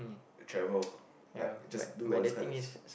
travel like just do all these kinds